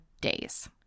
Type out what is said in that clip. days